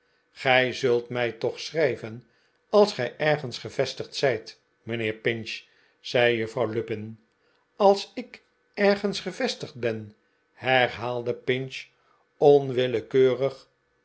gij zult mij toch schrijven als gij ergens gevestigd zijt mijnheer pinch zei juffrouw lupin f als ik ergens gevestigd ben herhaalde pinch onwillekeurig